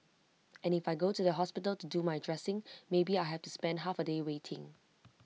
and if I go to the hospital to do my dressing maybe I have to spend half A day waiting